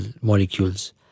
molecules